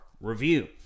review